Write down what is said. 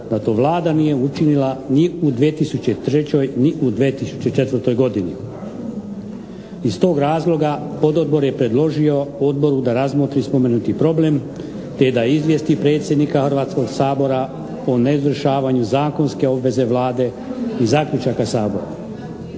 da to Vlada nije učinila ni u 2003. ni u 2004. godini. Iz tog razloga pododbor je predložio odboru da razmotri spomenuti problem te da izvijesti predsjednika Hrvatskog sabora o neizvršavanju zakonske obveze Vlade iz zaključaka Sabora.